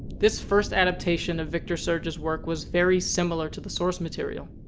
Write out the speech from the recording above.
this first adaptation of victor surge's work was very similar to the source material,